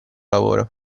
lavoro